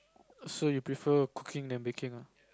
so you prefer cooking than baking ah